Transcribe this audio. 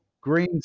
green